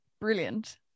brilliant